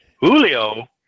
Julio